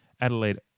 Adelaide